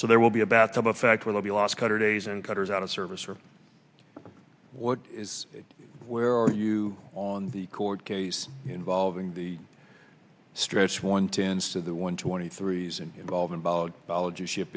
so there will be about the effect will be last quarter days and cutters out of service or what is where are you on the court case involving the stress one tends to the one twenty three's and involving about biology ship